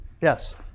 Yes